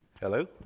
Hello